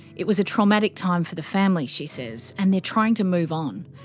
it was a traumatic time for the family, she says, and they're trying to move on.